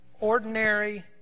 ordinary